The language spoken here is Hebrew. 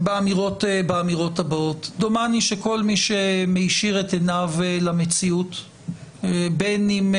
באמירות הבאות: דומני שכל מי שמישיר את עיניו למציאות בין הוא